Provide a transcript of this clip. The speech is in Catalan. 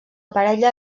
parella